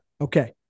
Okay